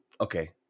Okay